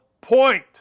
point